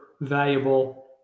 valuable